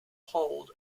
hold